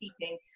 keeping